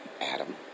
Adam